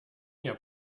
your